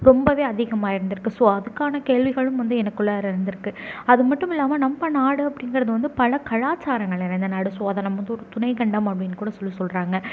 ரொம்பவே அதிகமாக இருந்திருக்கு ஸோ அதுக்கான கேள்விகளும் வந்து எனக்குள்ளாற இருந்திருக்கு அது மட்டும் இல்லாமல் நம்ம நாடு அப்படிங்கிறது வந்து பல கலாச்சாரங்கள் நிறைந்த நாடு ஸோ அதை நம்ம து துணைக்கண்டம் அப்படின்னு கூட சொல்லி சொல்கிறாங்க